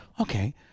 okay